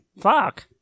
Fuck